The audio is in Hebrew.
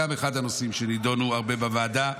גם זה אחד הנושאים שנדונו הרבה בוועדה,